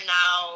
now